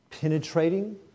penetrating